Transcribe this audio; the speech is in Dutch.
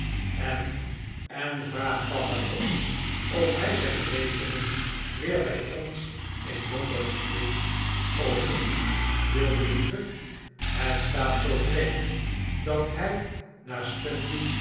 en en vraag papa toch of hij zijn rekening weer bij ons in lombard street opent wil je lieve het staat zoo vreemd dat hij naar stumpy